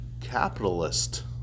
capitalist